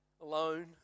alone